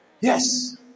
Yes